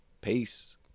Peace